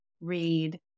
read